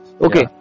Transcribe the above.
Okay